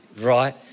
right